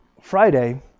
Friday